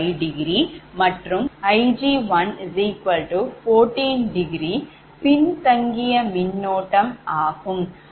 5∘ மற்றும் Ig1 14∘பின்தங்கிய மின்னோட்டம் ஆகும்